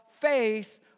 faith